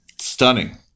Stunning